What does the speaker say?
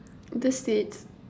the States